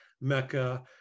Mecca